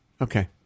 Okay